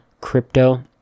crypto